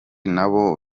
nabo